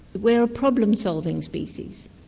we are a problem-solving species.